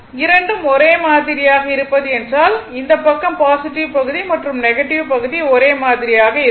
இரண்டும் ஒரே மாதிரியாக இருப்பது என்றால் இந்த பக்கம் பாசிட்டிவ் பகுதி மற்றும் நெகடிவ் பகுதி ஒரே மாதிரியாக இருக்கும்